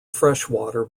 freshwater